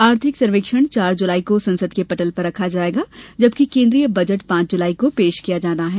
आर्थिक सर्वेक्षण चार जुलाई को संसद के पटल पर रखा जाएगा जबकि केन्द्रीय बजट पांच जुलाई को पेश किया जाना है